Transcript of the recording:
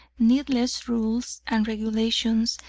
needless rules and regulations,